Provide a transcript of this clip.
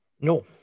no